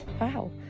Wow